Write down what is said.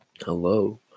hello